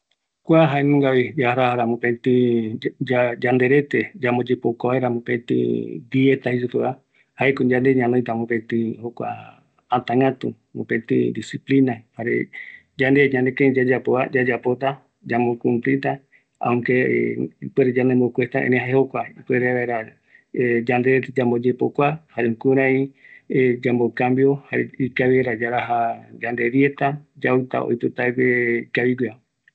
Kua yaravaera, yaikatu reve yakaru, oïmeta ñanoï ñemometë yanderete ndive, yamboyepokua vaera, jukuraï mbaetïta yau yauiño oipotague, yamboyovake kavita tembiureta yaugue ikavi vaera yaiko